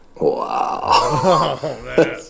Wow